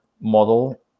model